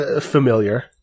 familiar